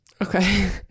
okay